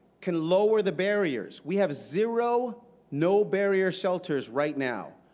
can lower the barriers. we have zero no-barrier shelters right now.